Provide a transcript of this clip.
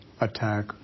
attack